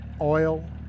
oil